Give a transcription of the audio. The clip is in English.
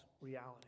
reality